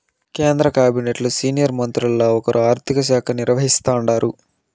కేంద్ర కాబినెట్లు సీనియర్ మంత్రుల్ల ఒకరు ఆర్థిక శాఖ నిర్వహిస్తాండారు